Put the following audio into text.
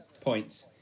points